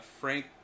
Frank